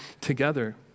together